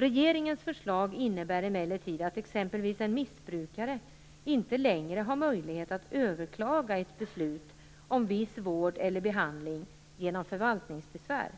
Regeringens förslag innebär emellertid att exempelvis en missbrukare inte längre har möjlighet att överklaga ett beslut om viss vård eller behandling genom förvaltningsbesvär.